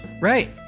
Right